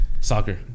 Soccer